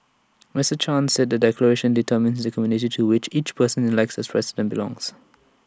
Mister chan said the declaration determines the community to which every person elected as president belongs